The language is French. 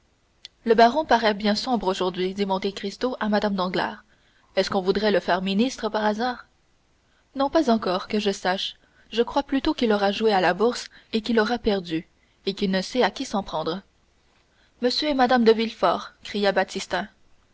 le baron paraît bien sombre aujourd'hui dit monte cristo à mme danglars est-ce qu'on voudrait le faire ministre par hasard non pas encore que je sache je crois plutôt qu'il aura joué à la bourse qu'il aura perdu et qu'il ne sait à qui s'en prendre m et mme de villefort cria baptistin